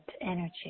energy